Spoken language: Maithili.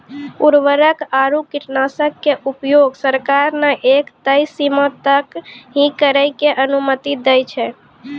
उर्वरक आरो कीटनाशक के उपयोग सरकार न एक तय सीमा तक हीं करै के अनुमति दै छै